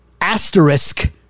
asterisk